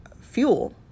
fuel